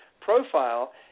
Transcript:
profile